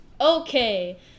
Okay